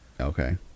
Okay